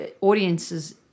audiences